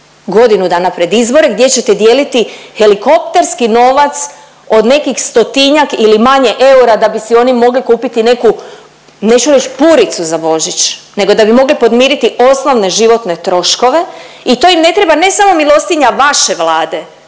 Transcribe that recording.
godinu dana pred izbore gdje ćete dijeliti helikopterski novac od nekih 100-tinjak ili manje eura da bi si oni mogli kupiti neku, neću reć puricu za Božić nego da bi mogli podmiriti osnovne životne troškove i to im ne treba ne samo milostinja vaše Vlade